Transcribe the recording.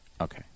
Okay